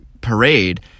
parade